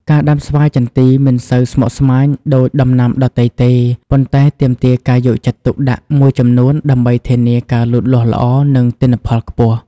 ការដាំស្វាយចន្ទីមិនសូវស្មុគស្មាញដូចដំណាំដទៃទេ ប៉ុន្តែទាមទារការយកចិត្តទុកដាក់មួយចំនួនដើម្បីធានាការលូតលាស់ល្អ និងទិន្នផលខ្ពស់។